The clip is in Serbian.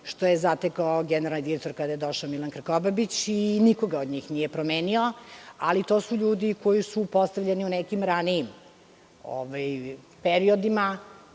što je zatekao generalni direktor kada je došao Milan Krkobabić i nikoga od njih nije promenila, ali to su ljudi koji su postavljeni u nekim ranijim periodima,